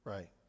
Right